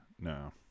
no